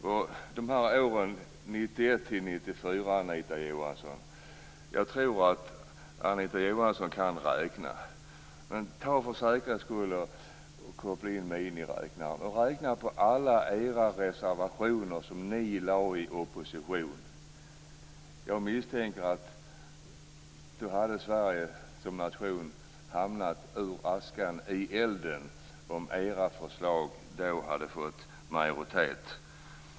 Tänk på de här åren, 1991-1994, Anita Johansson! Jag tror att Anita Johansson kan räkna. Men ta för säkerhets skull och koppla in miniräknaren och räkna på alla era reservationer som ni lade i opposition! Jag misstänker att Sverige som nation skulle ha hamnat ur askan i elden om era förslag då hade fått majoritet.